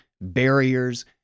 barriers